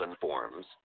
forms